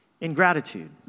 ingratitude